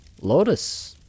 Lotus